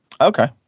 Okay